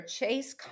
Chase